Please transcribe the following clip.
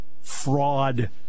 fraud